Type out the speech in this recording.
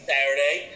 Saturday